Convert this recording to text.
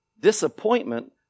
Disappointment